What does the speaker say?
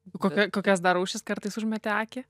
į kokia kokias dar rūšis užmeti akį